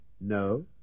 No